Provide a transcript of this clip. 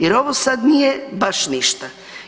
Jer ovo sad nije baš ništa.